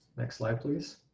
next slide please.